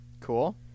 cool